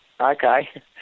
Okay